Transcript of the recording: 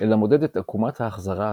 אלא מודד את עקומת ההחזרה עצמה.